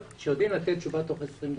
שיודעים לתת תשובה תוך 20 דקות.